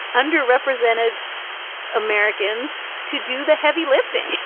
underrepresented americans to do the heavy lifting,